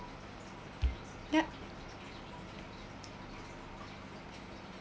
yup